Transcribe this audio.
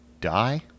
Die